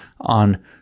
on